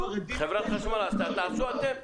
חברת חשמל - תעשו אתם.